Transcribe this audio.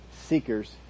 seekers